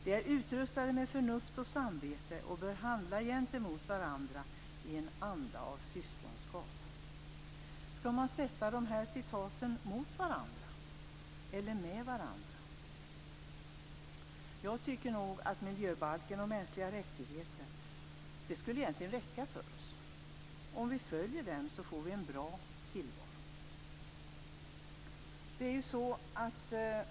De är utrustade med förnuft och samvete och bör handla gentemot varandra i en anda av syskonskap." Skall man sätta dessa citat mot varandra eller med varandra? Jag tycker nog att miljöbalken och artikeln om de mänskliga rättigheterna egentligen skulle räcka för oss. Om vi följer dem får vi en bra tillvaro.